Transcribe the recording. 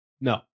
No